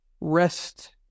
rest